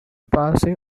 passing